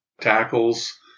tackles